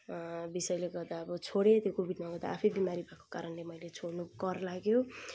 विषयले गर्दा अब छोडेँ त्यो कोभिडमा म त आफै बिमारी भएको कारणले मैले छोड्नु कर लाग्यो